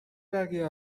بقیه